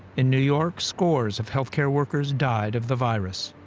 in new york, scores of health care workers died of the virus.